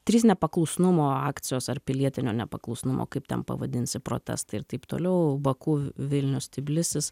trys nepaklusnumo akcijos ar pilietinio nepaklusnumo kaip ten pavadinsi protestai ir taip toliau baku vilnius tbilisis